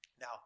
now